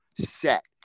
set